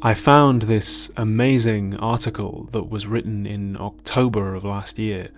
i found this amazing article that was written in october of last year